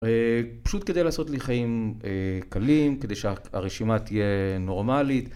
פשוט כדי לעשות לי חיים קלים, כדי שהרשימה תהיה נורמלית.